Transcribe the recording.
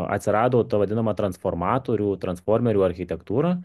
atsirado ta vadinama transformatorių transformerių architektūra